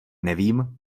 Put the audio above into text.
nevím